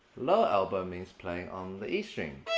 low elbow means playing on the e string.